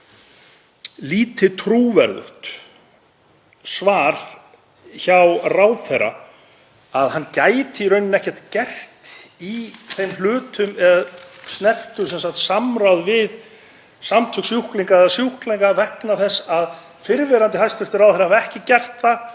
lítið trúverðugt svar hjá ráðherra að hann gæti í rauninni ekkert gert í þeim hlutum sem snertu samráð við samtök sjúklinga eða sjúklinga vegna þess að hæstv. fyrrverandi ráðherra hefði ekki gert það